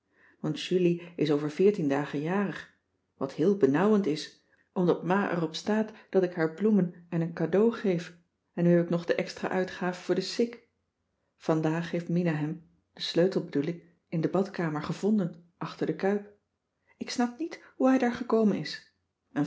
want julie is over veertien dagen jarig wat heel benauwend is omdat ma er op staat dat ik haar bloemen en een cadeau geef en nu heb ik nog de extra uitgaaf voor de sik vandaag heeft mina hem den sleutel bedoel ik in de badkamer gevonden achter de kuip ik snap niet hoe hij daar gekomen is